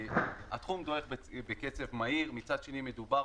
התחום דועך בקצב מהיר, מצד שני מדובר